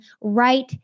right